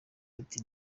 ati